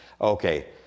Okay